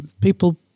People